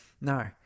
No